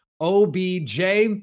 OBJ